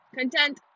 content